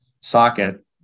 socket